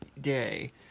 Day